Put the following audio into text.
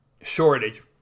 shortage